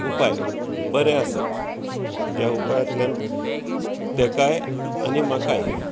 उपाय बरें आसात ज्या उपायातल्यान तेकाय आनी म्हाकाय